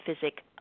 physics